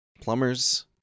plumbers